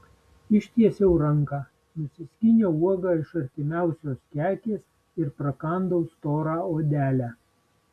ištiesiau ranką nusiskyniau uogą iš artimiausios kekės ir prakandau storą odelę